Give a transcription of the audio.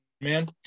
Man